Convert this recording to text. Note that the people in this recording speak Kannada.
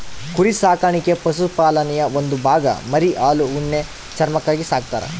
ಕುರಿ ಸಾಕಾಣಿಕೆ ಪಶುಪಾಲನೆಯ ಒಂದು ಭಾಗ ಮರಿ ಹಾಲು ಉಣ್ಣೆ ಚರ್ಮಕ್ಕಾಗಿ ಸಾಕ್ತರ